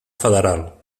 federal